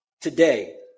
today